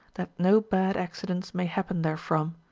that no bad accident may happen therefrom.